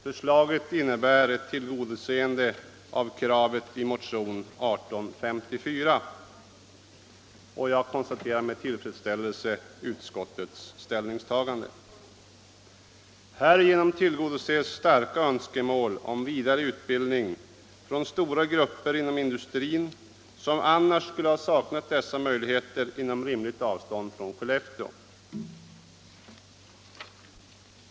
Förslaget innebär ett tillgodoseende av kravet i motionen 1854. Jag konstaterar med tillfredsställelse utskottets ställningstagande. Härigenom tillgodoses starka önskemål om vidareutbildning från stora grupper inom industrin som annars skulle sakna dessa möjligheter inom rimligt avstånd från Skellefteå.